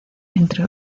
entre